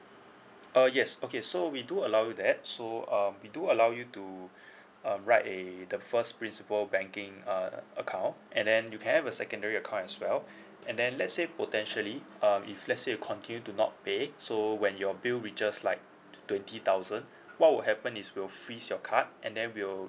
uh yes okay so we do allow you that so um we do allow you to um write a the first principle banking uh account and then you can have a secondary account as well and then let's say potentially uh if let's say you continue to not pay so when your bill reaches like twenty thousand what will happen is will freeze your card and then we will